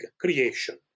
creation